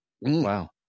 Wow